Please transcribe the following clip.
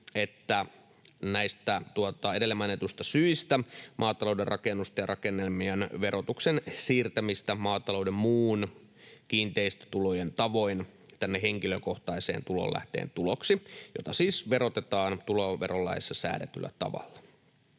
että näistä edellä mainituista syistä maatalouden rakennusten ja rakennelmien verotus siirretään maatalouden muun kiinteistötulojen tavoin tänne henkilökohtaisen tulonlähteen tuloksi, jota siis verotetaan tuloverolaissa säädetyllä tavalla.